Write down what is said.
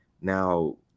now